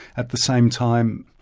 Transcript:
at the same time,